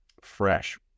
fresh